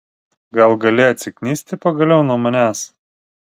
gal gali atsiknisti pagaliau nuo manęs